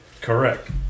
Correct